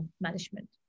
management